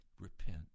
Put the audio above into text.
repent